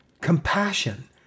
compassion